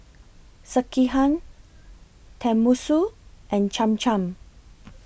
Sekihan Tenmusu and Cham Cham